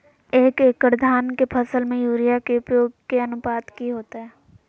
एक एकड़ धान के फसल में यूरिया के उपयोग के अनुपात की होतय?